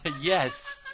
yes